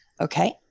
Okay